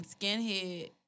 skinhead